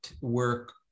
work